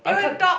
I can't